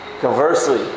Conversely